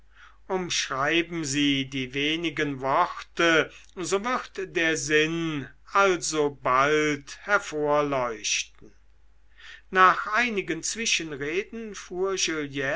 umschreiben sie die wenigen worte so wird der sinn alsobald hervorleuchten nach einigen zwischenreden fuhr